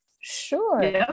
sure